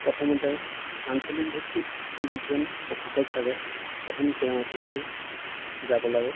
প্ৰথমতে আঞ্চলিক ভিত্তিত যিকেইজন প্ৰশিক্ষক থাকে প্ৰথম তেওঁৰ ওচৰলৈ যাব লাগে